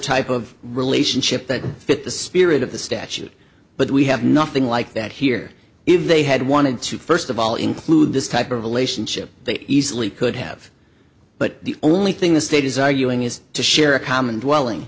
type of relationship that fit the spirit of the statute but we have nothing like that here if they had wanted to first of all include this type of relationship they easily could have but the only thing the state is arguing is to share a common dwelling